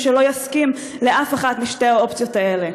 שלא יסכים לאף אחת משתי האופציות האלה.